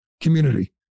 community